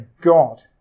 God